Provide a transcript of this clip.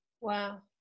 Wow